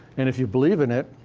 and if you believe in it,